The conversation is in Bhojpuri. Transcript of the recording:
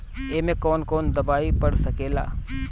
ए में कौन कौन दवाई पढ़ सके ला?